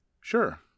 Sure